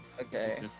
Okay